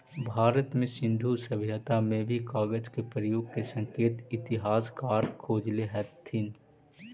भारत में सिन्धु सभ्यता में भी कागज के प्रयोग के संकेत इतिहासकार खोजले हथिन